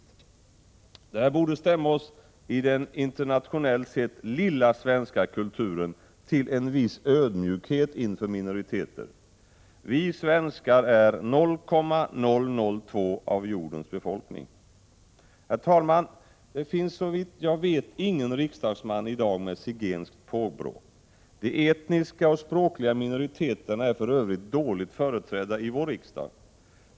Det här borde stämma oss i den internationellt sett lilla svenska kulturen till en viss ödmjukhet inför minoriteter. Vi svenskar är 0,002 av jordens befolkning. Herr talman! Det finns såvitt jag vet ingen riksdagsman i dag med zigenskt — Prot. 1987/88:42 påbrå. De etniska och språkliga minoriteterna är för övrigt dåligt företräddai 10 december 1987 vår riksdag.